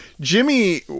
Jimmy